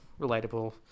relatable